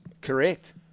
Correct